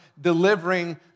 delivering